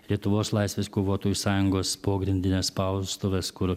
lietuvos laisvės kovotojų sąjungos pogrindines spaustuves kur